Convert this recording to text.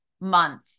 month